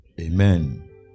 Amen